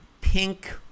pink